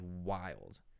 wild